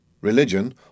religion